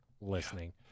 listening